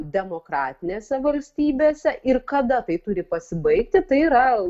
demokratinėse valstybėse ir kada tai turi pasibaigti tai yra